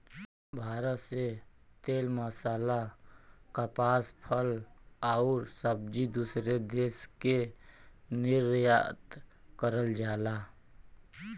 भारत से तेल मसाला कपास फल आउर सब्जी दूसरे देश के निर्यात करल जाला